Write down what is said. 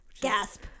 gasp